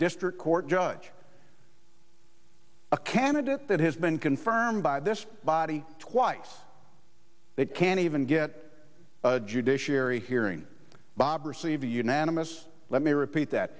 district court judge a candidate that has been confirmed by this body twice that can't even get judiciary hearing bob received a unanimous let me repeat that